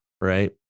right